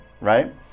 right